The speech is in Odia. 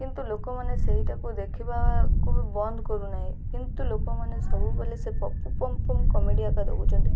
କିନ୍ତୁ ଲୋକମାନେ ସେଇଟାକୁ ଦେଖିବାକୁ ବି ବନ୍ଦ କରୁନାହିଁ କିନ୍ତୁ ଲୋକମାନେ ସବୁବେଳେ ସେ ପପୁ ପମ୍ପମ୍ କମେଡ଼ିଆ ଏକା ଦଉଛନ୍ତି